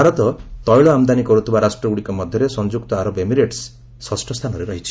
ଭାରତ ତେଳ ଆମଦାନୀ କର୍ତ୍ତିବା ରାଷ୍ଟଗ୍ରଡ଼ିକ ମଧ୍ୟରେ ସଂଯ୍ରକ୍ତ ଆରବ ଏମିରେଟ୍ସ ଷଷ୍ଠ ସ୍ଥାନରେ ରହିଛି